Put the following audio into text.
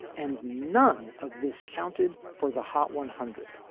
and none of this counted for the hot one hundred.